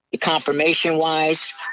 Confirmation-wise